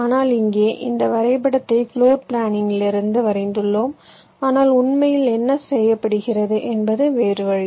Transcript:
ஆனால் இங்கே இந்த வரைபடத்தை பிளோர் பிளானிலிருந்து வரைந்துள்ளோம் ஆனால் உண்மையில் என்ன செய்யப்படுகிறது என்பது வேறு வழி